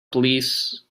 police